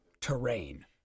terrain